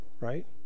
right